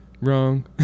Wrong